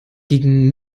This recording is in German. gegen